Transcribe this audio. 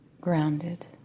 grounded